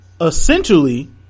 essentially